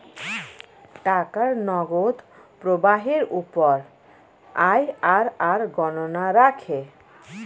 টাকার নগদ প্রবাহের উপর আইআরআর গণনা রাখে